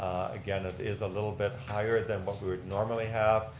again, it is a little bit higher than what we normally have.